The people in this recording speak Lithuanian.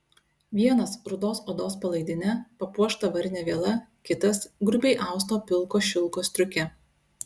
vienas rudos odos palaidine papuošta varine viela kitas grubiai austo pilko šilko striuke